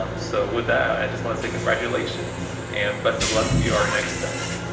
um so with that, i just want to say congratulations and best of luck to you, our next steps.